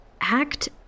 Act